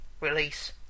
release